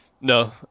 No